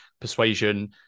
persuasion